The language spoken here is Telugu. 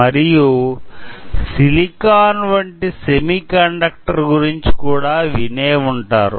మరియు సిలికాన్ వంటి సెమీకండక్టర్ గురుంచి కూడా వినే ఉంటారు